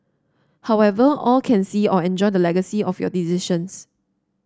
however all can see or enjoy the legacy of your decisions